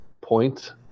point